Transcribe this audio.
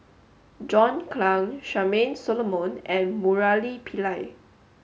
John Clang Charmaine Solomon and Murali Pillai